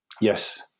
Yes